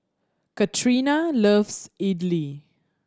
Katrina loves Idili